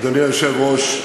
אדוני היושב-ראש,